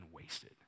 wasted